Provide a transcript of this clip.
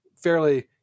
fairly